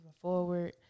forward